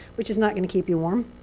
which is not going to keep you warm.